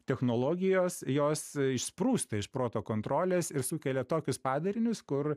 technologijos jos išsprūsta iš proto kontrolės ir sukelia tokius padarinius kur